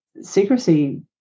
secrecy